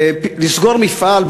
לסגור מפעל,